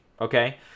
Okay